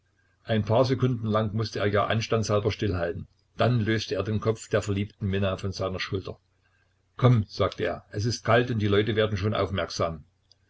ein paar sekunden lang mußte er ja anstandshalber stillhalten dann löste er den kopf der verliebten minna von seiner schulter komm sagte er es ist kalt und die leute werden schon aufmerksam